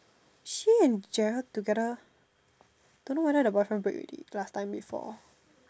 she and Gerald together don't know whether the boyfriend break already last time before